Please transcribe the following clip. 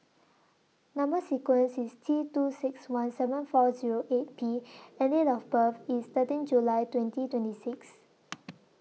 Number sequence IS T two six one seven four Zero eight P and Date of birth IS thirteen July twenty twenty six